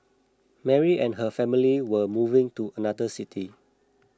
Mary and her family were moving to another city